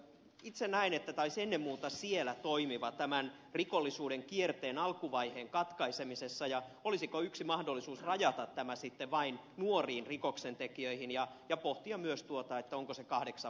itse näen että tämä olisi ennen muuta siellä toimiva rikollisuuden kierteen alkuvaiheen katkaisemisessa ja olisiko yksi mahdollisuus rajata tämä sitten vain nuoriin rikoksentekijöihin ja pohtia myös tuota onko se kahdeksan vai kuusi kuukautta